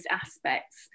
aspects